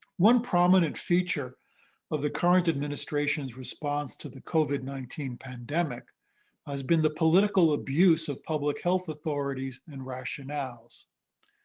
one prominent feature of the current administration's response to the covid nineteen pandemic has been the political abuse of public health authorities and rationales.